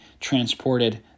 transported